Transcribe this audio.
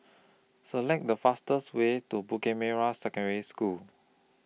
Select The fastest Way to Bukit Merah Secondary School